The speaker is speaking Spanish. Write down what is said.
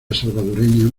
salvadoreña